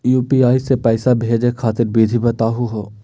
UPI स पैसा भेजै खातिर विधि बताहु हो?